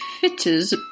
Fitter's